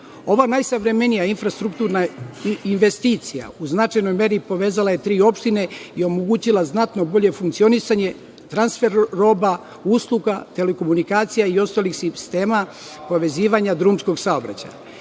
Ova najsavremenija infrastrukturna investicija u značajnoj meri povezala je tri opštine i omogućila znatno bolje funkcionisanje, transfer roba usluga telekomunikacija i ostalih sistema povezivanja drumskog saobraćaja. Imali